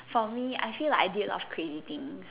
for me I feel like I did a lot of crazy things